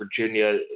Virginia